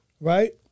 Right